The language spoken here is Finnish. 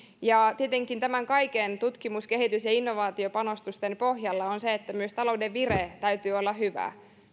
tietenkin näiden kaikkien tutkimus kehitys ja innovaatiopanostusten pohjalla on se että talouden vireen täytyy olla hyvä